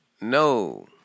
No